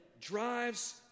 drives